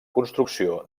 construcció